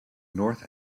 north